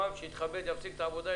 שיפסיק את העבודה,